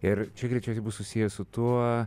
ir čia greičiausiai bus susiję su tuo